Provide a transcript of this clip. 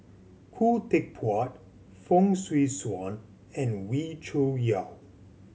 Khoo Teck Puat Fong Swee Suan and Wee Cho Yaw